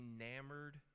enamored